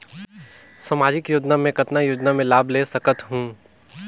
समाजिक योजना मे कतना योजना मे लाभ ले सकत हूं?